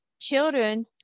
children